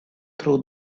through